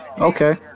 Okay